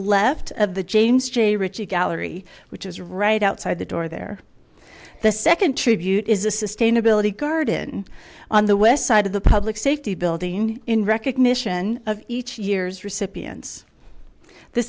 left of the james j ritchie gallery which is right outside the door there the second tribute is a sustainability garden on the west side of the public safety building in recognition of each year's recipients the